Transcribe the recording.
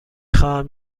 خواهم